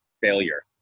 failure